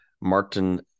Martin